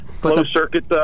closed-circuit